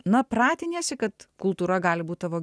na pratiniesi kad kultūra gali būt tavo